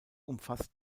umfasst